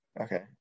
okay